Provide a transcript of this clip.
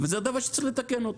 דבר שצריך לתקן אותו.